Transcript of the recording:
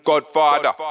Godfather